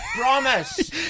promise